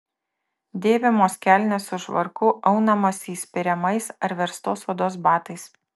dėvimos kelnės su švarku aunamasi įspiriamais ar verstos odos batais